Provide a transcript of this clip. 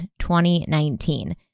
2019